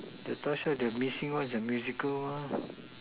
the third shirt the missing one is the musical one